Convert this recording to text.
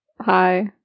hi